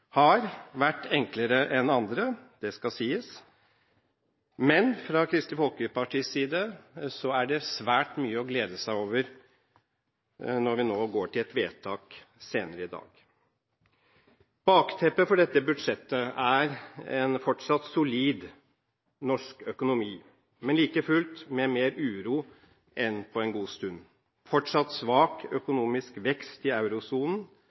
har vært enklere enn andre – det skal sies, men fra Kristelig Folkepartis side er det svært mye å glede seg over når vi går til vedtak senere i dag. Bakteppet for dette budsjettet er en fortsatt solid norsk økonomi, men like fullt med mer uro enn på en god stund. Fortsatt svak økonomisk vekst i eurosonen,